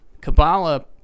Kabbalah